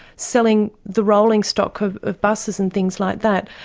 selling the rolling stock of of buses and things like that,